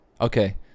Okay